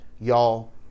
Y'all